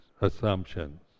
assumptions